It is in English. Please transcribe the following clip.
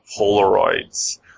Polaroids